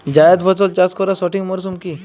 জায়েদ ফসল চাষ করার সঠিক মরশুম কি?